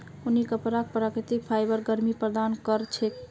ऊनी कपराक प्राकृतिक फाइबर गर्मी प्रदान कर छेक